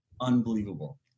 unbelievable